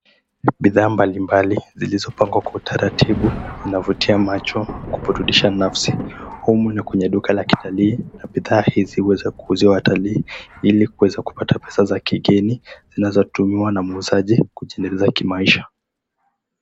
Bidhaa mbalimbali zilizopangwa kwa utaratibu zinavutia macho na kuburudisha nafsi humu ni kwenye duka la kitalii na bidhaa hizi huweza kuuziwa watalii ili kuweza kupata pesa za kigeni zinazotumiwa na muuzaji kujiendeleza kimaisha.